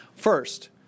First